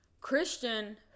Christian